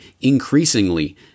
increasingly